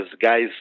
guys